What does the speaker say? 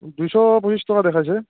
দুইশ পঁচিছ টকা দেখাইছে